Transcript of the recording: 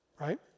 Right